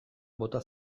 bota